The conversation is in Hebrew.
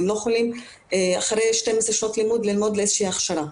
הם לא יכולים אחרי 12 שנות לימוד ללמוד איזו שהיא הכשרה.